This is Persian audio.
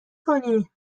کنی